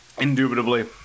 Indubitably